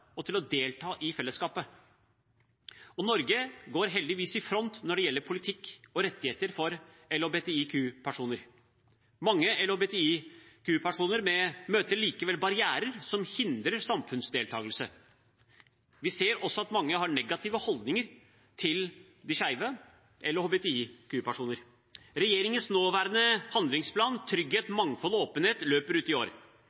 og til å delta i fellesskapet. Og Norge går heldigvis i front når det gjelder politikk og rettigheter for LHBTIQ-personer. Mange LHBTIQ-personer møter likevel barrierer som hindrer samfunnsdeltakelse. Vi ser også at mange har negative holdninger til de skeive, eller LHBTIQ-personer. Regjeringens nåværende handlingsplan Trygghet, mangfold og åpenhet løper ut i år.